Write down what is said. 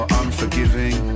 unforgiving